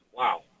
Wow